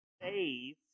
faith